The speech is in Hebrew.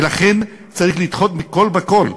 ולכן, צריך לדחות מכול וכול,